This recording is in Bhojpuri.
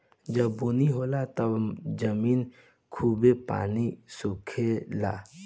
जब बुनी होला तब जमीन खूबे पानी सोखे ला